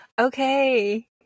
okay